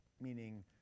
meaning